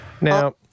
Now